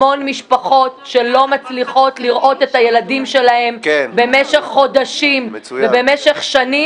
המון משפחות שלא מצליחות לראות את הילדים שלהן במשך חודשים ושנים.